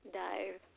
dive